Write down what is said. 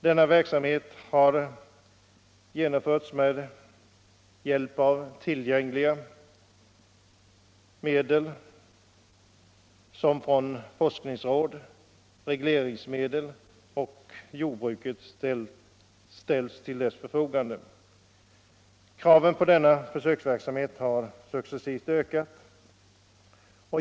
Denna verksamhet har genomförts med hjälp av tillfälliga medel, som från forskningsråd, regleringsmedel och jordbruket ställts till förfogande. Kraven på denna försöksverksamhet har successivt ökat.